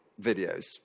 videos